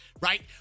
Right